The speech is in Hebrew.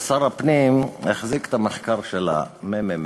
שר הפנים החזיק את המחקר של הממ"מ,